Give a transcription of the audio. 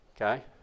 Okay